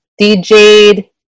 DJed